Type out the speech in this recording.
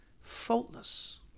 faultless